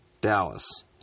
Dallas